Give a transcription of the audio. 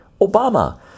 Obama